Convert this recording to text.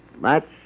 match